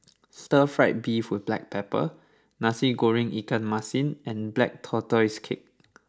Stir Fry Beef with Black Pepper Nasi Goreng Ikan Masin and Black Tortoise Cake